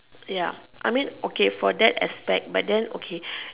ya I mean okay for that aspect but then okay